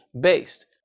based